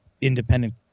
independent